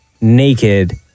naked